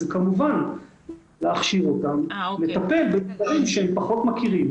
זה כמובן להכשיר אותם לטפל בדברים שהם פחות מכירים.